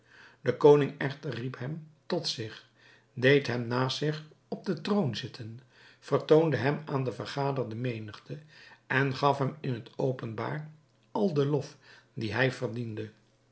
de koning echter riep hem tot zich deed hem naast zich op den troon zitten vertoonde hem aan de vergaderde menigte en gaf hem in het openbaar al den lof dien hij verdiende